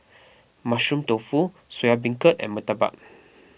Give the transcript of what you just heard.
Mushroom Tofu Soya Beancurd and Murtabak